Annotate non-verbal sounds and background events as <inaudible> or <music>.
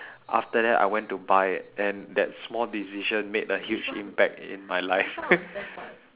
after that I went to buy it and that small decision made a huge impact in my life <laughs>